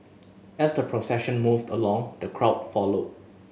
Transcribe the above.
as the procession moved along the crowd followed